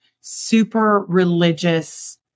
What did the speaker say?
super-religious